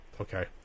okay